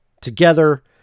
together